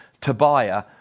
Tobiah